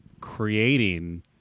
creating